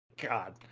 God